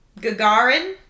Gagarin